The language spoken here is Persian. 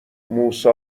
موسی